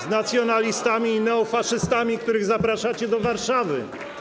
z nacjonalistami i neofaszystami, których zapraszacie do Warszawy.